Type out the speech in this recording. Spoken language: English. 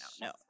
no